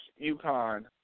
UConn